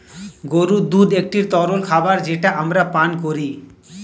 গরুর দুধ একটি তরল খাবার যেটা আমরা পান করি